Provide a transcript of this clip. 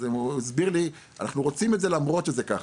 אז הוא הסביר לי שהם רוצים את זה למרות שזה ככה,